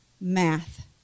math